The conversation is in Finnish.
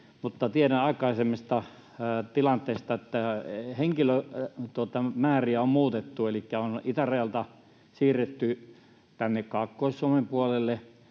tiedän aikaisemmasta tilanteesta, että henkilömääriä on muutettu, elikkä on itärajalta siirretty tänne Kaakkois-Suomen puolelle